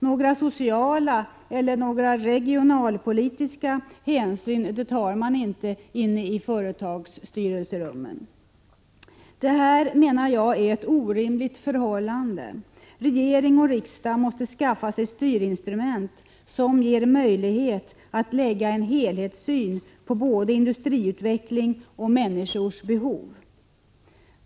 Några sociala eller regionalpolitiska hänsyn tar man inte i företagens styrelserum. Det här är ett orimligt förhållande, menar jag. Regering och riksdag måste skaffa sig styrinstrument som ger möjlighet att anlägga en helhetssyn på både industriutveckling och människors behov.